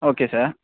okay sir